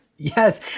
Yes